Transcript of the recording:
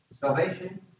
Salvation